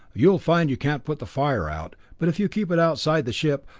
you'll find you can't put the fire out, but if you keep it outside the ship,